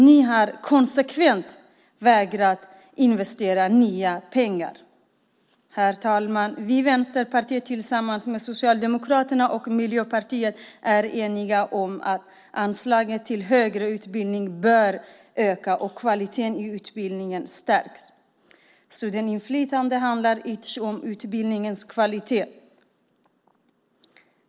De har konsekvent vägrat att investera med nya pengar. Herr talman! Vi i Vänsterpartiet är tillsammans med Socialdemokraterna och Miljöpartiet eniga om att anslagen till högre utbildning bör öka och kvaliteten i utbildningarna stärkas. Studentinflytande handlar ytterst om utbildningskvalitet.